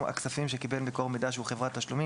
הכספים שקיבל מקור מידע שהוא חברת תשלומים,